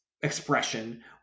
expression